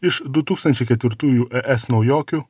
iš du tūkstančiai ketvirtųjų es naujokių